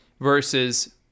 versus